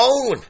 own